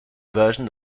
version